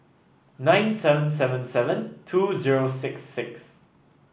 nine seven seven seven two zero six six